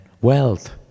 wealth